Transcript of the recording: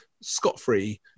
scot-free